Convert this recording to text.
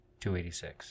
286